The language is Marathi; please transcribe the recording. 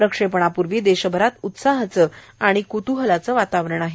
प्रक्षेपणापूर्वी देशभरात उत्साहाचं आणि कुतूहलाचं वातावरण आहे